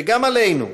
וגם עלינו,